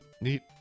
Neat